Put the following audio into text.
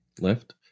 Left